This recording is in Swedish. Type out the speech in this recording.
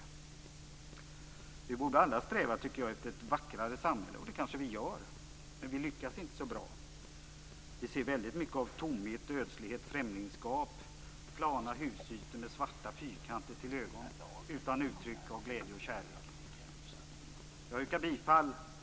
Vi borde alla sträva efter ett vackrare samhälle. Det kanske vi gör, men vi lyckas inte så bra. Vi ser väldigt mycket av tomhet, ödslighet, främlingsskap och plana husytor med svarta fyrkanter till ögon utan uttryck av glädje och kärlek. Fru talman!